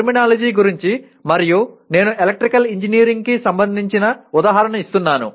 terminology గురించి మళ్ళీ నేను ఎలక్ట్రికల్ ఇంజనీరింగ్ కి సంబంధించిన ఉదాహరణను ఇస్తున్నాను